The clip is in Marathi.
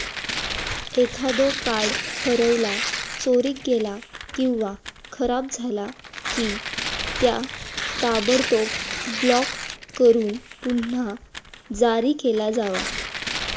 एखादो कार्ड हरवला, चोरीक गेला किंवा खराब झाला की, त्या ताबडतोब ब्लॉक करून पुन्हा जारी केला जावा